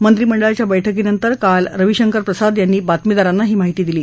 मंत्रीमंडळांच्या बैठकीनंतर काल रविशंकर प्रसाद यांनी बातमीदारांना ही माहिती दिली